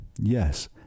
Yes